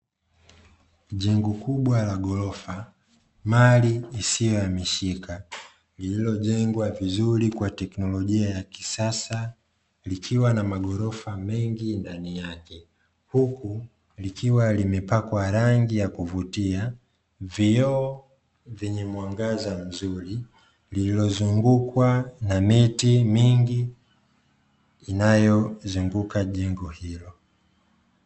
Jengo kubwa la ghorofa, mali isiyohamishika; lililojengwa vizuri kwa teknolojia ya kisasa, likiwa na magorofa mengi ndani yake huku likiwa limepakwa rangi ya kuvutia, vioo vyenye mwangaza mzuri, lililozungukwa na miti mingi inayozunguka jengo hilo.